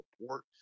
support